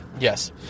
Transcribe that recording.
Yes